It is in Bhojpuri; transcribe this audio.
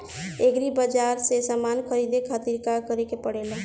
एग्री बाज़ार से समान ख़रीदे खातिर का करे के पड़ेला?